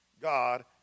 God